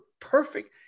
perfect